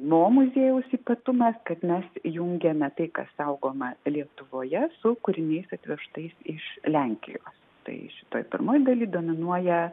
mo muziejaus ypatumas kad mes jungiame tai kas saugoma lietuvoje su kūriniais atvežtais iš lenkijos tai šitoj pirmoj daly dominuoja